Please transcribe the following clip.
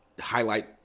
highlight